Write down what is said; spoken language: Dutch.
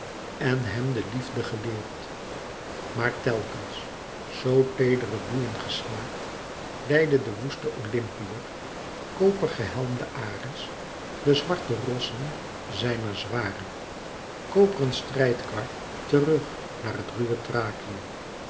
en hem de liefde geleerd maar telkens zoo teedere boeien geslaakt leidde de woeste olympiër koper gehelmde ares de zwarte rossen zijner zware koperen strijdkar terug naar het ruwe